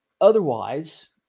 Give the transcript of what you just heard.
otherwise